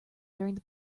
during